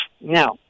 now